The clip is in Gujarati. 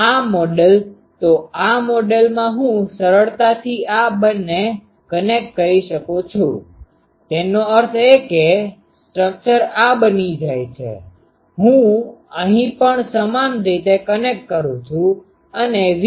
આ મોડેલ તો આ મોડેલમાં હું સરળતાથી આ બેને કનેક્ટ કરી શકું છું તેનો અર્થ એ કે સ્ટ્રક્ચર આ બની જાય છે હું અહીં પણ સમાન રીતે કનેક્ટ કરું છું અને V